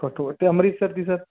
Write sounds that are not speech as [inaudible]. [unintelligible] ਤੇ ਅੰਮ੍ਰਿਤਸਰ ਦੀ ਸਰ